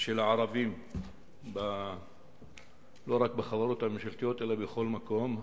של הערבים לא רק בחברות הממשלתיות אלא בכל מקום,